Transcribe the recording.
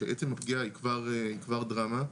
שעצם הפגיעה היא כבר דרמה,